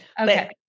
Okay